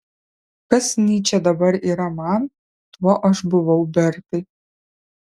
kas nyčė dabar yra man tuo aš buvau bertai